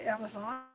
Amazon